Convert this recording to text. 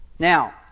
Now